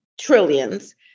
trillions